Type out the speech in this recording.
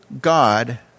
God